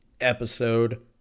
episode